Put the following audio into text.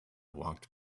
walked